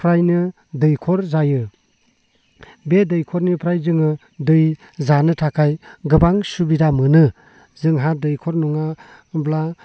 फ्रायनो दैखर जायो बे दैखरनिफ्राय जोङो दै जानो थाखाय गोबां सुबिदा मोनो जोंहा दैखर नङाब्ला